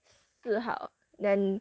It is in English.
四号 then